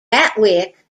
gatwick